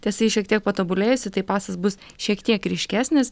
tiesa ji šiek tiek patobulėjusi taip pasas bus šiek tiek ryškesnis